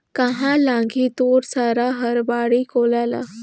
काँहा लगाही तोर सारा हर बाड़ी कोला ल